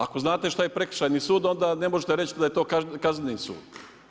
Ako znate šta je prekršajni sud, onda ne možete reći da je to kazneni sud.